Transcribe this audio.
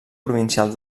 provincial